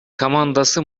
командасы